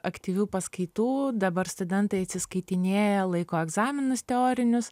aktyvių paskaitų dabar studentai atsiskaitinėja laiko egzaminus teorinius